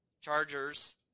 chargers